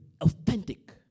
authentic